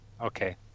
okay